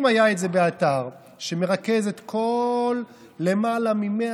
אם זה היה באתר שמרכז את כל למעלה מ-100